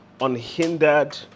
unhindered